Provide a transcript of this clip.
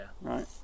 Right